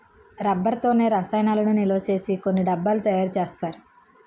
rubber తోనే రసాయనాలను నిలవసేసి కొన్ని డబ్బాలు తయారు చేస్తారు